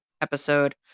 episode